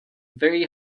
very